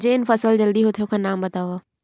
जेन फसल जल्दी होथे ओखर नाम बतावव?